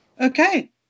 Okay